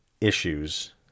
issues